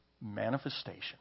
manifestation